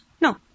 No